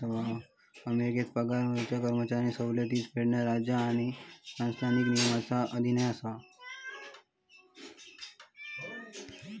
अमेरिकेत पगार ह्यो कर्मचारी सवलतींसह फेडरल राज्य आणि स्थानिक नियमांच्या अधीन असा